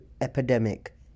epidemic